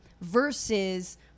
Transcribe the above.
Versus